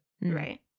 right